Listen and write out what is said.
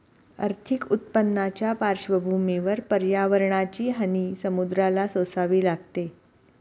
आर्थिक उत्पन्नाच्या पार्श्वभूमीवर पर्यावरणाची हानी समुद्राला सोसावी लागते